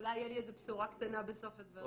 אולי תהיה לי איזו בשורה קטנה בסוף הדברים.